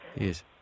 Yes